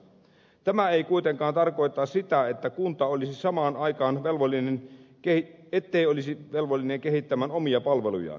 tämä ei kuitenkaan tarkoita sitä ettei kunta olisi samaan aikaan velvollinen kehittämään omia palvelujaan